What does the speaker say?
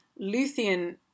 Luthien